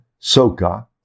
Soka